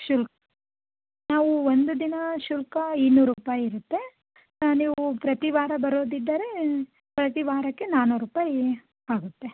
ಶುಲ್ಕ ನಾವು ಒಂದು ದಿನ ಶುಲ್ಕ ಇನ್ನೂರು ರೂಪಾಯಿ ಇರುತ್ತೆ ನೀವು ಪ್ರತಿವಾರ ಬರೋದಿದ್ದರೆ ಪ್ರತಿ ವಾರಕ್ಕೆ ನಾನೂರು ರೂಪಾಯಿ ಆಗುತ್ತೆ